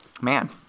Man